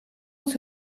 wat